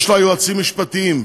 יש לה יועצים משפטיים.